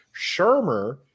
Shermer